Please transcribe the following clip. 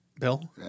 Bill